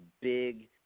big